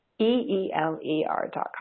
E-E-L-E-R.com